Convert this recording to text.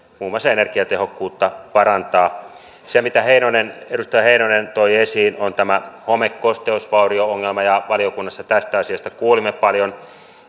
muun muassa energiatehokkuutta parantaa se mitä edustaja heinonen toi esiin on tämä home kosteusvaurio ongelma ja valiokunnassa tästä asiasta kuulimme paljon